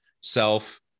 self